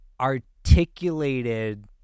articulated